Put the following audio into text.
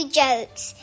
jokes